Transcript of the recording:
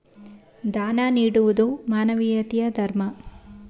ದಾನ ನೀಡುವುದು ಮಾನವೀಯತೆಯ ಧರ್ಮ